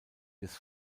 des